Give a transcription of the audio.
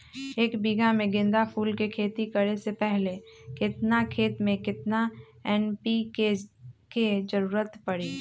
एक बीघा में गेंदा फूल के खेती करे से पहले केतना खेत में केतना एन.पी.के के जरूरत परी?